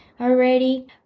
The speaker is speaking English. already